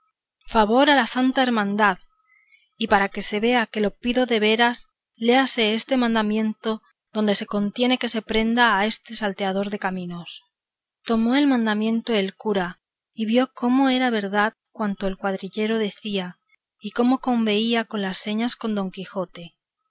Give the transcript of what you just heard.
favor a la santa hermandad y para que se vea que lo pido de veras léase este mandamiento donde se contiene que se prenda a este salteador de caminos tomó el mandamiento el cura y vio como era verdad cuanto el cuadrillero decía y cómo convenía con las señas con don quijote